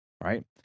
right